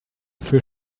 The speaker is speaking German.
für